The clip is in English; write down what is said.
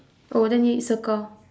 oh then need circle